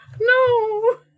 No